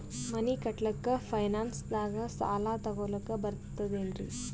ಮನಿ ಕಟ್ಲಕ್ಕ ಫೈನಾನ್ಸ್ ದಾಗ ಸಾಲ ತೊಗೊಲಕ ಬರ್ತದೇನ್ರಿ?